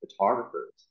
photographers